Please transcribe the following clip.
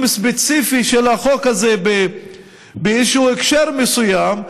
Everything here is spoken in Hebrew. ספציפי של החוק הזה באיזשהו הקשר מסוים,